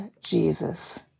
Jesus